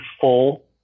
full